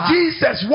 Jesus